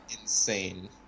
insane